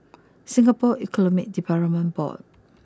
Singapore Economic Development Board